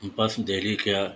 بس دہلی کیا